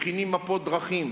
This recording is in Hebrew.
מכינים מפות דרכים,